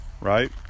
right